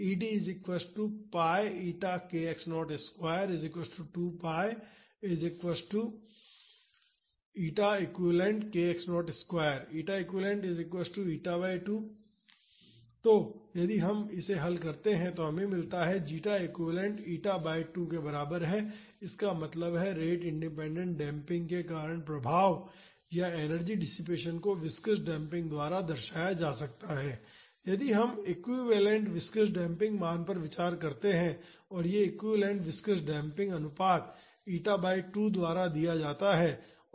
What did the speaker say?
ED 𝜉eq 𝜉eq तो यदि हम इसे हल करते हैं तो हमें मिलता है जीटा एक्विवैलेन्ट ईटा बाई 2 के बराबर है इसका मतलब है रेट इंडिपेंडेंट डेम्पिंग के कारण प्रभाव या एनर्जी डिसिपेसन को विस्कॉस डेम्पिंग द्वारा दर्शाया जा सकता है यदि हम एक्विवैलेन्ट विस्कॉस डेम्पिंग मान पर विचार करते हैं और यह एक्विवैलेन्ट विस्कॉस डेम्पिंग अनुपात ईटा बाई 2 द्वारा दिया जाता है